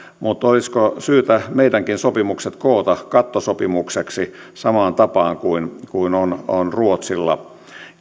mutta olisiko syytä meilläkin sopimukset koota kattosopimukseksi samaan tapaan kuin kuin on on ruotsilla